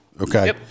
Okay